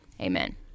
Amen